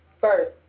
First